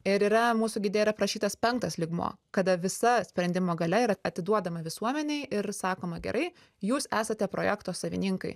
ir yra mūsų gide yra aprašytas penktas lygmuo kada visa sprendimo galia yra atiduodama visuomenei ir sakoma gerai jūs esate projekto savininkai